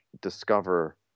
discover